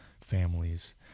families